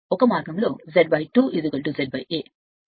అప్పుడు ఒక మార్గంలో Z 2 Z A